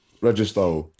register